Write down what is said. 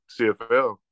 CFL